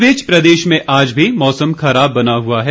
इस बीच प्रदेश में आज भी मौसम खराब बना हुआ है